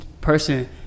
person